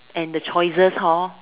and the choices